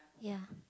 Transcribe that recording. yeah